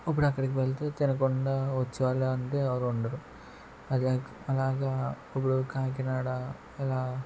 ఇప్పుడు అక్కడికి వెళ్తే తినకుండా వచ్చేవాళ్ళు అంటే ఎవరూ ఉండరు అది అలాగా ఇప్పుడు కాకినాడ అలా